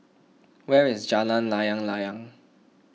where is Jalan Layang Layang